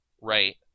Right